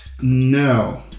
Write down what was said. No